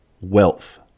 wealth